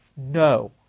No